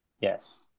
Yes